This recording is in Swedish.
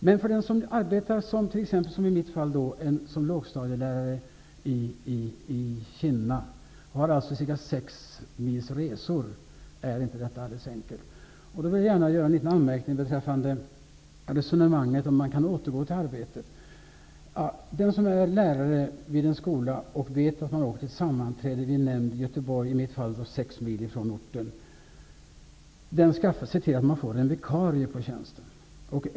Men för den som arbetar, som i det fall som jag beskrivit, som lågstadielärare i Kinna och har ca 6 mils resa till Göteborg, är detta inte alldeles enkelt. Jag vill göra en liten anmärkning beträffande resonemanget om att återgå till arbetet. Den som är lärare vid en skola och skall åka till ett sammanträde vid en nämnd 6 mil från orten måste skaffa sig en vikarie på tjänsten.